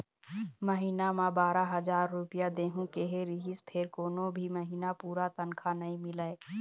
महिना म बारा हजार रूपिया देहूं केहे रिहिस फेर कोनो भी महिना पूरा तनखा नइ मिलय